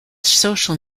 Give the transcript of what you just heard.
social